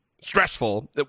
stressful